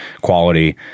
quality